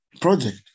project